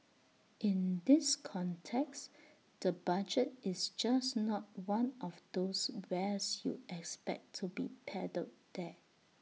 in this context the budget is just not one of those wares you expect to be peddled there